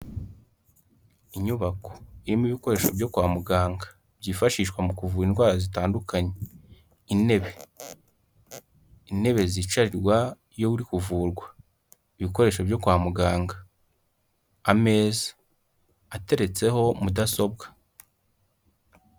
Inyubako irimo ibikoresho byo kwa muganga, byifashishwa mu kuvura indwara zitandukanye. Intebe, intebe zicarirwa iyo uri kuvurwa. Ibikoresho byo kwa muganga. Ameza ateretseho mudasobwa.